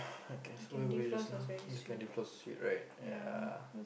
I guess where were we just now the candy-floss sweet right ya